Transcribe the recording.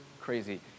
crazy